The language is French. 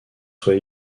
soit